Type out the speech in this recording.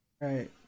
Right